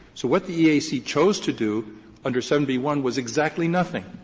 so what the eac chose to do under seven b one was exactly nothing,